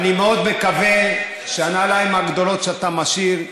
ואני מאוד מקווה שלנעליים הגדולות שאתה משאיר,